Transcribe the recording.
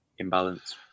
imbalance